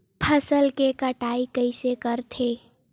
फसल के कटाई कइसे करथे?